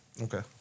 Okay